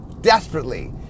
desperately